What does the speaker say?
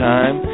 Time